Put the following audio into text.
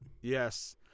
Yes